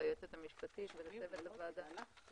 ליועצת המשפטית ולצוות הוועדה